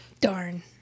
Darn